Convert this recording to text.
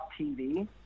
TV